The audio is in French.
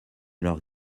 leurs